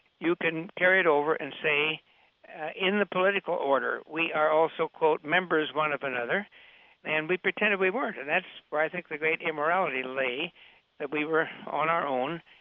you can carry it over and say in the political order, we are also members one of another and we pretended we weren't. and that's where i think the great immorality lay that we were on our own.